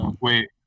wait